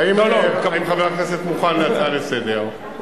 אם חבר הכנסת מוכן להצעה לסדר-היום,